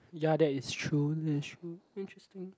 ya that is true that is true interesting